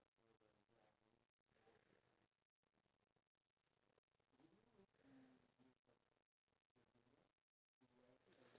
you wait you were like gonna wait for me at the seat and then I was expecting you to call out like shout my name but then you didn't